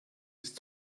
ist